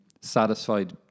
satisfied